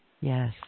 yes